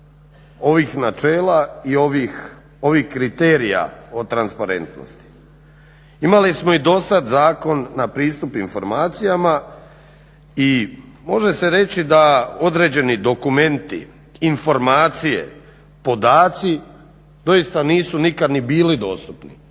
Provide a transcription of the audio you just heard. ovih načela i ovih kriterija o transparentnosti. Imali smo i dosad Zakon o pristup informacijama i može se reći da određeni dokumenti, informacije, podaci doista nisu nikad ni bili dostupni.